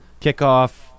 kickoff